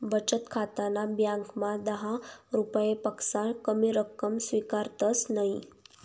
बचत खाताना ब्यांकमा दहा रुपयापक्सा कमी रक्कम स्वीकारतंस नयी